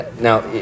now